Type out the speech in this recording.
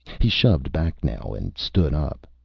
he shoved back now, and stood up.